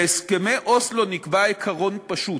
בהסכמי אוסלו נקבע עיקרון פשוט: